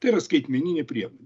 tai yra skaitmeninė priemonė